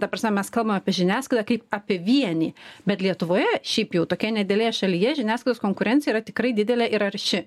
ta prasme mes kalbam apie žiniasklaidą kaip apie vienį bet lietuvoje šiaip jau tokia nedidelėje šalyje žiniasklaidos konkurencija yra tikrai didelė ir arši